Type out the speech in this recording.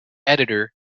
editor